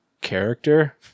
character